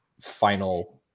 final